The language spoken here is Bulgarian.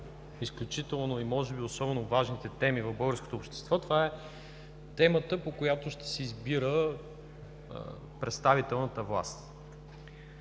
изключително, може би една от особено важните теми в българското общество. Това е темата, по която ще се избира представителната власт